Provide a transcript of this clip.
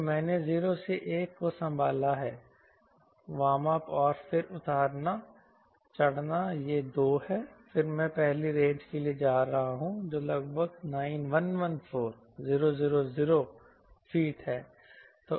तो मैंने 0 से 1 को संभाला है वार्मअप और फिर उतारना चढ़ना यह 2 है फिर मैं पहली रेंज के लिए जा रहा हूं जो लगभग 9114000 फीट है